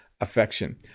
affection